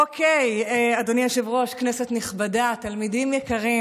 אדוני היושב-ראש, כנסת נכבדה, תלמידים יקרים,